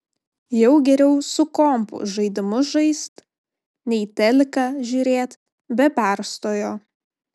jau geriau su kompu žaidimus žaist nei teliką žiūrėt be perstojo